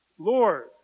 Lord